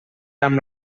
amb